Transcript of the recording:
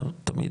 תמיד,